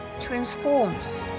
transforms